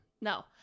no